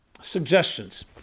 Suggestions